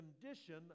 condition